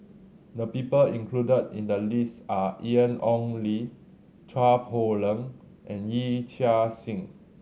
the people included in the list are Ian Ong Li Chua Poh Leng and Yee Chia Hsing